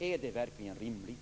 Är det verkligen rimligt?